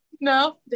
No